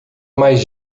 mais